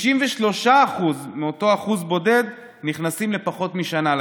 ו-93% מאותו אחוז בודד נכנסים לפחות משנה לכלא.